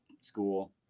school